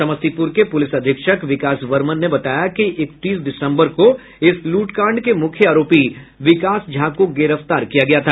समस्तीपुर के पुलिस अधीक्षक विकास वर्मन ने बताया कि इकतीस दिसम्बर को इस लूटकांड के मुख्य आरोपी विकास झा को गिरफ्तार किया था